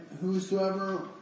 whosoever